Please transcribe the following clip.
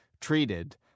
treated